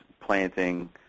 planting